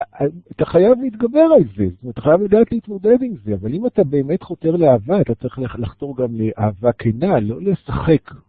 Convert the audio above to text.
אתה חייב להתגבר על זה, אתה חייב לדעת להתמודד עם זה, אבל אם אתה באמת חותר לאהבה, אתה צריך לחתור גם לאהבה כנה, לא לשחק.